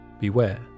Beware